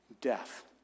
death